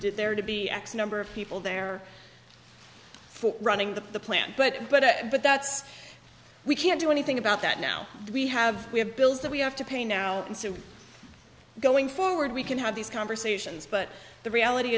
did there to be x number of people there for running the plant but but but that's we can't do anything about that now we have we have bills that we have to pay now and so going forward we can have these conversations but the reality